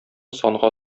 санга